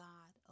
God